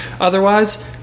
Otherwise